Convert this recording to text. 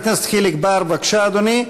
חבר הכנסת חיליק בר, בבקשה, אדוני.